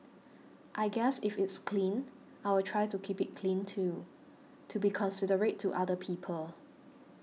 I guess if it's clean I will try to keep it clean too to be considerate to other people